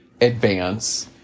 advance